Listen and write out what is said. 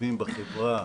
משתלבים בחברה.